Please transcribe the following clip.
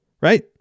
Right